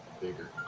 bigger